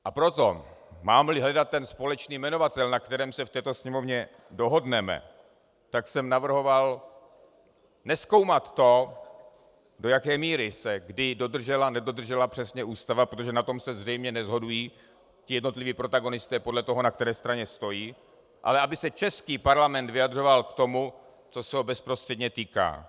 A proto mámli hledat společný jmenovatel, na kterém se v této Sněmovně dohodneme, tak jsem navrhoval nezkoumat to, do jaké míry se kdy dodržela, nedodržela přesně ústava, protože na tom se zřejmě neshodují jednotliví protagonisté podle toho, na které straně stojí, ale aby se český parlament vyjadřoval k tomu, co se ho bezprostředně týká.